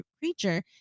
creature